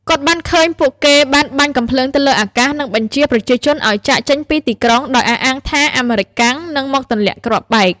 គាត់បានឃើញពួកគេបានបាញ់កាំភ្លើងទៅលើអាកាស និងបញ្ជាប្រជាជនឱ្យចាកចេញពីទីក្រុង ដោយអះអាងថាអាមេរិកាំងនឹងមកទម្លាក់គ្រាប់បែក។